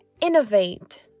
innovate